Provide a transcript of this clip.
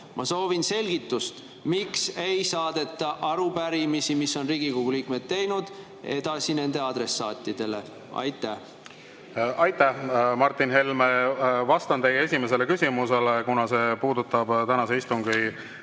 Ma soovin selgitust, miks ei saadeta arupärimisi, mis on Riigikogu liikmed teinud, edasi adressaatidele. Aitäh, Martin Helme! Vastan teie esimesele küsimusele, kuna see puudutab tänase istungi